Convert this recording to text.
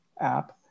app